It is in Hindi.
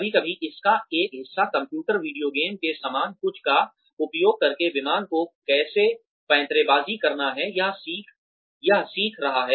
कभी कभी इसका एक हिस्सा कंप्यूटर वीडियो गेम के समान कुछ का उपयोग करके विमान को कैसे पैंतरेबाज़ी करना है यह सीख रहा है